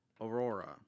Aurora